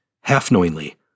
half-knowingly